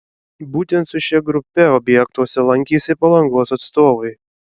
būtent su šia grupe objektuose lankėsi palangos atstovai